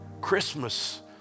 Christmas